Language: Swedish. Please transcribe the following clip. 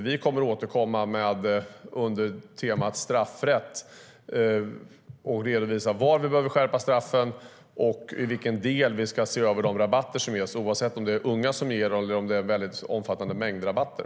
Vi kommer att återkomma under temat straffrätt och redovisa var vi behöver skärpa straffen och i vilken del vi ska se över de rabatter som ges, oavsett om det gäller unga eller om det gäller väldigt omfattande mängdrabatter.